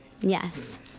yes